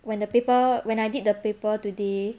when the paper when I did the paper today